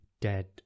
dead